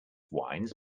wines